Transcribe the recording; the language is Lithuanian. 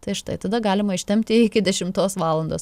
tai štai tada galima ištempti iki dešimtos valandos